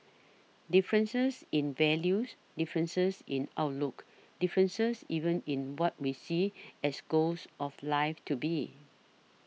differences in values differences in outlooks differences even in what we see as goals of life to be